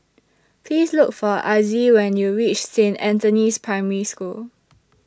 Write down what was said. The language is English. Please Look For Azzie when YOU REACH Saint Anthony's Primary School